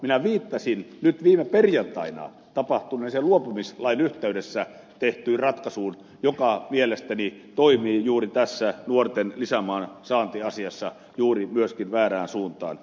minä viittasin nyt viime perjantaina tapahtuneeseen luopumislain yhteydessä tehtyyn ratkaisuun joka mielestäni toimii juuri tässä nuorten lisämaan saantiasiassa juuri myöskin väärään suuntaan